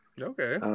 Okay